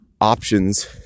options